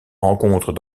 rencontre